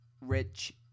rich